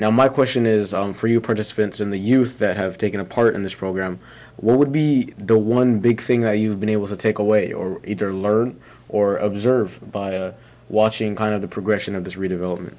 now my question is for you participants in the youth that have taken a part in this program what would be the one big thing that you've been able to take away or either learn or observe by watching kind of the progression of this redevelopment